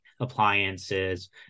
appliances